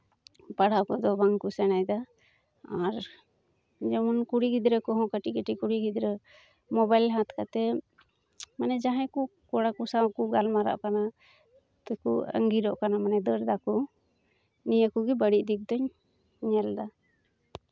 ᱯᱟᱲᱦᱟᱣ ᱠᱚᱫᱚ ᱵᱟᱝᱠᱚ ᱥᱮᱬᱟᱭᱫᱟ ᱟᱨ ᱡᱮᱢᱚᱱ ᱠᱩᱲᱤ ᱜᱤᱫᱽᱨᱟᱹ ᱠᱚᱦᱚᱸ ᱠᱟᱹᱴᱤᱡ ᱠᱟᱹᱴᱤᱡ ᱠᱩᱲᱤ ᱜᱤᱫᱽᱨᱟᱹ ᱢᱳᱵᱟᱭᱤᱞ ᱦᱟᱛᱟᱣ ᱠᱟᱛᱮᱫ ᱢᱟᱱᱮ ᱡᱟᱦᱟᱸᱭ ᱠᱚ ᱠᱚᱲᱟ ᱠᱚᱥᱟᱝ ᱠᱚ ᱜᱟᱞᱢᱟᱨᱟᱜ ᱠᱟᱱᱟ ᱛᱚᱠᱚ ᱟᱸᱜᱤᱨᱚᱜ ᱠᱟᱱᱟ ᱢᱟᱱᱮ ᱫᱟᱹᱲ ᱫᱟᱠᱚ ᱱᱤᱭᱟᱹ ᱠᱚᱜᱮ ᱵᱟᱹᱲᱤᱡ ᱫᱤᱠ ᱫᱚᱧ ᱧᱮᱞᱫᱟ